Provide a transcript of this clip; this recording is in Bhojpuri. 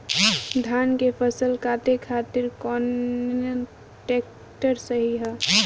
धान के फसल काटे खातिर कौन ट्रैक्टर सही ह?